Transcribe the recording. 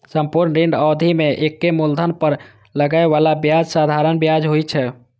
संपूर्ण ऋण अवधि मे एके मूलधन पर लागै बला ब्याज साधारण ब्याज होइ छै